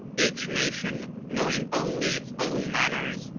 each na tion, knowing only its own manners,